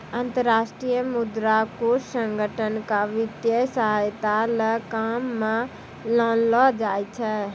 अन्तर्राष्ट्रीय मुद्रा कोष संगठन क वित्तीय सहायता ल काम म लानलो जाय छै